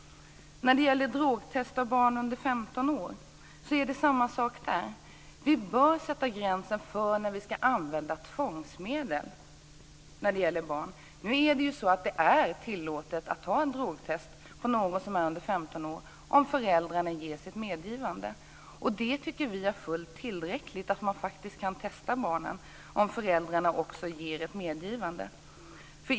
När det gäller drogtest av barn under 15 år är det samma sak. Vi bör sätta en gräns för när vi ska använda tvångsmedel när det gäller barn. Nu är det tillåtet att göra en drogtest på någon som är under 15 år om föräldrarna ger sitt medgivande. Vi tycker att det är fullt tillräckligt att man faktiskt kan testa barnen om föräldrarna ger ett medgivande.